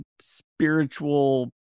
spiritual